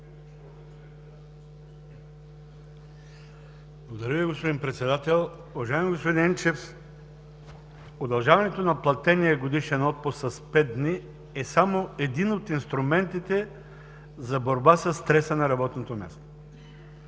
Благодаря Ви, господин Председател. Уважаеми господин Енчев, удължаването на платения годишен отпуск с пет дни е само един от инструментите за борба със стреса на работното място.